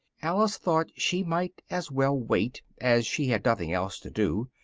alice thought she might as well wait, as she had nothing else to do,